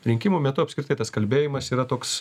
rinkimų metu apskritai tas kalbėjimas yra toks